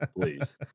Please